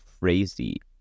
crazy